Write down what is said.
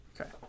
Okay